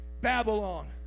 Babylon